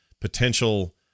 potential